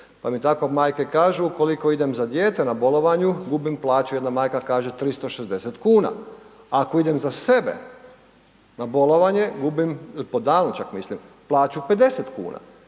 Pa mi tako majke kažu ukoliko idem za dijete na bolovanju, gubim plaću, jedna majke kaže, 360 kuna. Ako idem za sebe na bolovanje, gubim, po danu čak mislim, plaću 50 kuna.